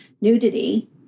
nudity